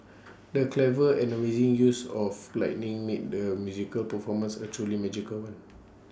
the clever and amazing use of lighting made the musical performance A truly magical one